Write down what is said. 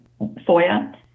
FOIA